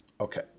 Okay